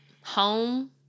home